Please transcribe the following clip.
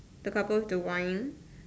the couple with the wine